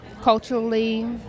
culturally